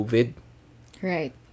Right